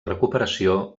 recuperació